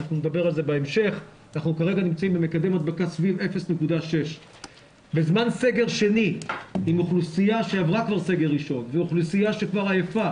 נדבר על זה בהמשך אנחנו כרגע נמצאים במקדם הדבקה סביב 0.6. בזמן סגר שני עם אוכלוסייה שעברה כבר סגר ראשון וכבר עייפה